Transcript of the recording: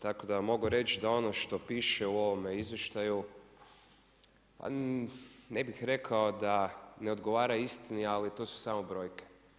Tako da mogu reći da ono što piše u ovome izvještaju, ne bi rekao da ne odgovara istini, ali to su samo brojke.